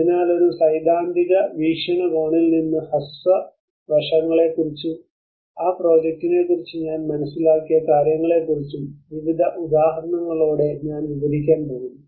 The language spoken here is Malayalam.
അതിനാൽ ഒരു സൈദ്ധാന്തിക വീക്ഷണകോണിൽ നിന്ന് ഹ്രസ്വ വശങ്ങളെക്കുറിച്ചും ആ പ്രോജക്റ്റിനെക്കുറിച്ച് ഞാൻ മനസ്സിലാക്കിയ കാര്യങ്ങളെക്കുറിച്ചും വിവിധ ഉദാഹരണങ്ങളോടെ ഞാൻ വിവരിക്കാൻ പോകുന്നു